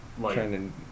Trying